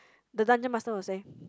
the dungeon master will say